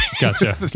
Gotcha